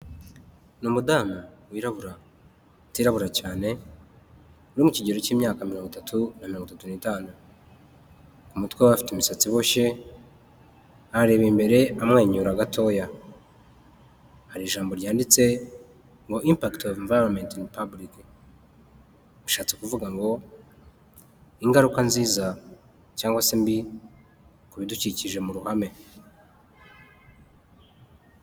Ni umudamu wirabura utirabura cyane uri mu kigero cy'imyaka mirongo itatu na mirongo itatu n'itanu umutwe ufite umusatsi iboshye areba imbere amwenyura gatoya hari ijambo ryanditse inparct valoment public bishatse kuvuga ngo ingaruka nziza cyangwa se mbi ku bidukikije mu ruhame.